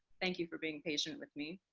thank you for being patient with me.